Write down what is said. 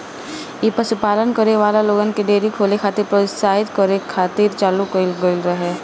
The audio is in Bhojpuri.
इ पशुपालन करे वाला लोग के डेयरी खोले खातिर प्रोत्साहित करे खातिर चालू कईल गईल रहे